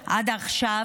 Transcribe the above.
18:00 עד עכשיו,